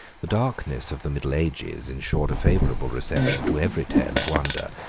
the darkness of the middle ages insured a favorable reception to every tale of wonder,